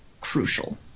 crucial